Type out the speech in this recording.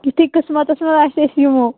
یِتھُے قٕسمَتَس منٛز آسہِ تہٕ أسۍ یِمَو